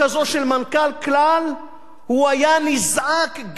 הוא היה נזעק גם ממקום מושבו בחוץ-לארץ,